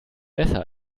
besser